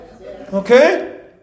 Okay